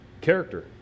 character